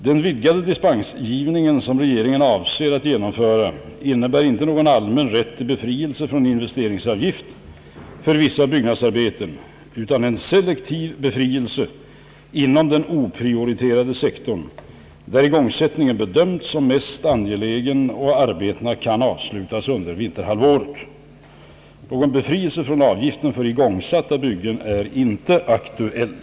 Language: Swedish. Den vidgade dispensgivning som regeringen avser att genomföra innebär inte någon allmän rätt till befrielse från investeringsavgift för vissa byggnadsarbeten utan en selektiv befrielse inom den oprioriterade sektorn där igång sättningen bedömts som mest angelägen och arbetena kan avslutas under vinterhalvåret. Någon befrielse från avgiften för igångsatta byggen är inte aktuell.